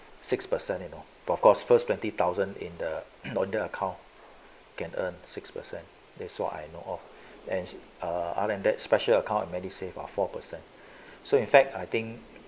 six percent you know of course first twenty thousand in the normal account can earn six person that's why I know of and err other than that special account and MediSave or four person so in fact I think